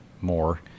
more